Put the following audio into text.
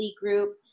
Group